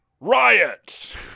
riot